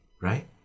Right